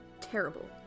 terrible